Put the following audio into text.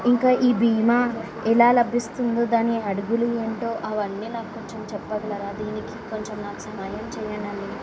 ఇంకా ఈ బీమా ఎలా లభిస్తుందో దాని అడుగులు ఏంటో అవన్నీ నాకు కొంచెం చెప్పగలరా దీనికి కొంచెం నాకు సమయం చేయండి అండి